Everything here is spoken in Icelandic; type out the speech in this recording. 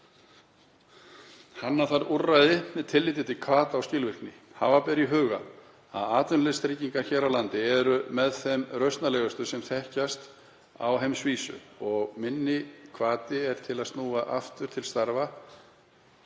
„Hanna þarf úrræði með tilliti til hvata og skilvirkni. Hafa ber í huga að atvinnuleysistryggingar hér á landi eru með þeim rausnarlegustu sem þekkjast á heimsvísu og minni hvati er til að snúa aftur til starfa